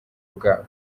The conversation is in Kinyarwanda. bwabo